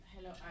Hello